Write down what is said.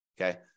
Okay